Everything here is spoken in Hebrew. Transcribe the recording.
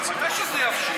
עכשיו, מתי שזה יבשיל,